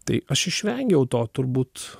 tai aš išvengiau to turbūt